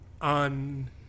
on